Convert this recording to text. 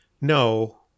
No